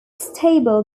stable